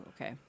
Okay